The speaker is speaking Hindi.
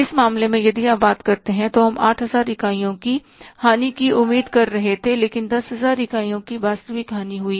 इस मामले में यदि आप बात करते हैं तो हम 8000 इकाइयों की हानि की उम्मीद कर रहे थे लेकिन 10000 इकाइयों की वास्तविक हानि हुई